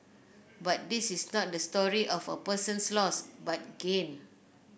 but this is not the story of a person's loss but gain